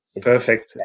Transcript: Perfect